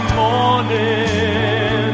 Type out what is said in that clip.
morning